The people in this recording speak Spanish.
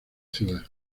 ciudad